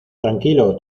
tranquilo